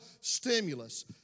stimulus